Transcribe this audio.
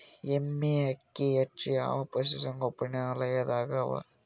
ಎಮ್ಮೆ ಅಕ್ಕಿ ಹೆಚ್ಚು ಯಾವ ಪಶುಸಂಗೋಪನಾಲಯದಾಗ ಅವಾ?